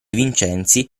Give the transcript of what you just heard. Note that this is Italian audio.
vincenzi